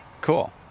Cool